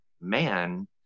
man